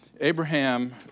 Abraham